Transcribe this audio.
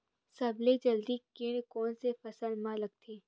सबले जल्दी कीट कोन से फसल मा लगथे?